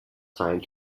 time